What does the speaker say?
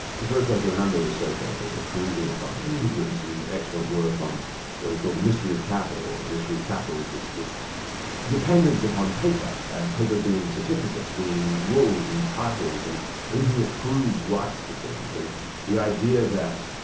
was very close to hernando de soto, the peruvian economist who's written some excellent work on what he called the mystery of capital, and the mystery of capital is this this dependence upon paper, and paper being certificates, being rules and titles and anything that proves rights to things. the idea that,